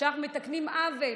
שאנחנו מתקנים בו עוול